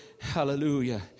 Hallelujah